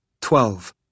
Twelve